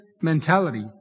mentality